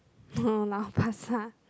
go lau-pa-sat